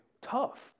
tough